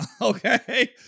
Okay